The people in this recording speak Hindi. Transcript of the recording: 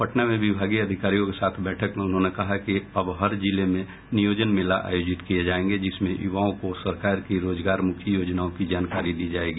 पटना में विभागीय अधिकारियों के साथ बैठक में उन्होंने कहा कि अब हर जिले में नियोजन मेला आयोजित किये जायेंगे जिसमें युवाओं को सरकार की रोजगारमुखी योजनाओं की जानकारी दी जायेगी